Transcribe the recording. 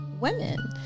women